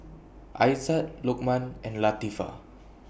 Aizat Lokman and Latifa